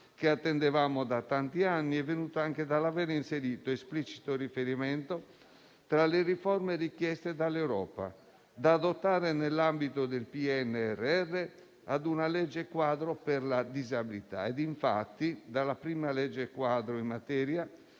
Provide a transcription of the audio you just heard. che attendevamo da tanti anni è venuta anche dall'aver inserito un esplicito riferimento tra le riforme richieste dall'Europa e da adottare nell'ambito del PNRR di una legge quadro per la disabilità e, infatti, dalla prima legge quadro in materia